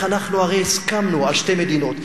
הרי אנחנו הסכמנו על שתי מדינות.